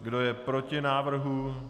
Kdo je proti návrhu?